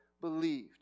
believed